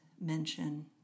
mention